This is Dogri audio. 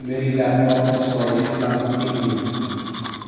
मेरी लैपटॉप इंस्टालेशन लागत किन्नी ऐ